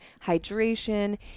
hydration